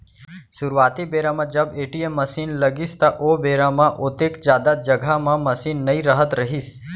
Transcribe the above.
सुरूवाती बेरा म जब ए.टी.एम मसीन लगिस त ओ बेरा म ओतेक जादा जघा म मसीन नइ रहत रहिस